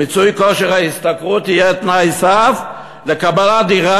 מיצוי כושר השתכרות יהיה תנאי סף לקבלת דירה,